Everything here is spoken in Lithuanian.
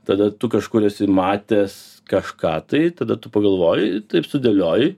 tada tu kažkur esi matęs kažką tai tada tu pagalvoji taip sudėlioji